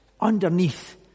underneath